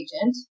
agent